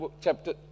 chapter